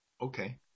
Okay